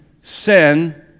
sin